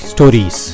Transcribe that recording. Stories